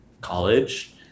college